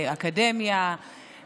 אקדמיה,